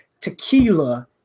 tequila